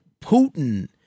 Putin